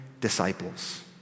disciples